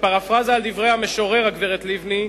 בפרפראזה על דברי המשורר, הגברת לבני,